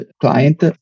client